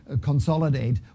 consolidate